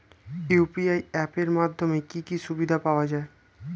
UPI app এর মাধ্যমে কি কি সুবিধা পাওয়া যায়?